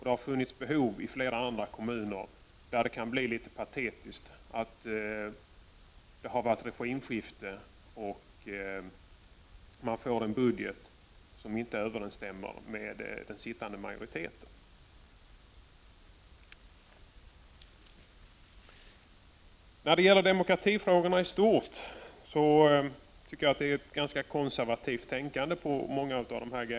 Det har funnits behov av ett snabbare valgenomslag i andra kommuner, där det kan bli litet patetiskt om man efter ett regimskifte får en budget som inte överensstämmer med den sittande majoritetens åsikter. När det gäller demokratifrågorna i stort finns det ett ganska konservativt tänkande i många avseenden.